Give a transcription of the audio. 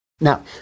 Now